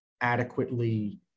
adequately